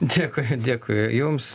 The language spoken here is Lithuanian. dėkui dėkui jums